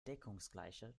deckungsgleiche